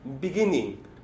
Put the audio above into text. beginning